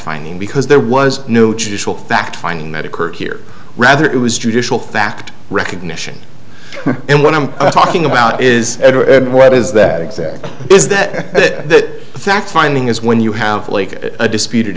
finding because there was no judicial fact finding medical here rather it was judicial fact recognition and what i'm talking about is what is that exactly is that that a fact finding is when you have a disputed